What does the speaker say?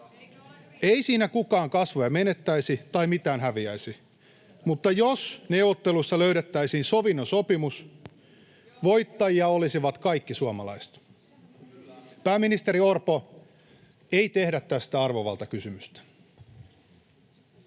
Ei siinä kukaan kasvojaan menettäisi tai mitään häviäisi. Mutta jos neuvotteluissa löydettäisiin sovinnon sopimus, voittajia olisivat kaikki suomalaiset. Pääministeri Orpo, ei tehdä tästä arvovaltakysymystä.